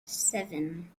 seven